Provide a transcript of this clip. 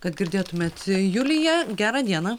kad girdėtumėt julija gerą dieną